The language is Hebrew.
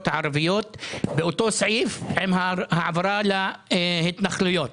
הערביות באותו סעיף עם העברה להתנחלויות.